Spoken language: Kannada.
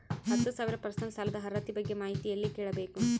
ಹತ್ತು ಸಾವಿರ ಪರ್ಸನಲ್ ಸಾಲದ ಅರ್ಹತಿ ಬಗ್ಗೆ ಮಾಹಿತಿ ಎಲ್ಲ ಕೇಳಬೇಕು?